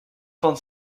van